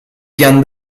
pian